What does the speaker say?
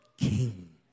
king